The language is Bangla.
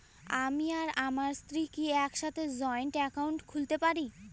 আমি আর আমার স্ত্রী কি একসাথে জয়েন্ট অ্যাকাউন্ট খুলতে পারি?